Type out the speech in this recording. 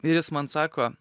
ir jis man sako